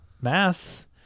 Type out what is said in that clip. Mass